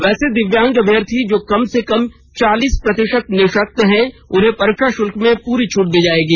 वैसे दिव्यांग अभ्यर्थी जो कम से कम चालीस प्रतिशत निःशक्त हैं उन्हें परीक्षा शुल्क में पूरी छूट दी जायेगी